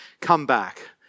comeback